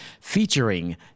featuring